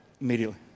Immediately